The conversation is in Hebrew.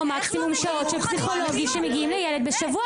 מקסימום טיפול פסיכולוגי שמגיע לילד בשבוע,